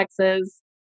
Texas